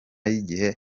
y’igihe